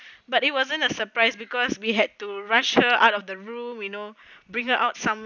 but it wasn't a surprise because we had to rush her out of the room you know bring out some